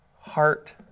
heart